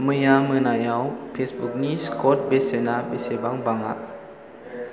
मैया मोनायाव फेजबुकनि स्कट बेसेना बेसेबां बाङा